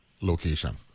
location